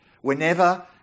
whenever